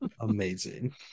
Amazing